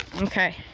Okay